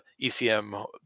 ECM